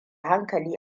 hankali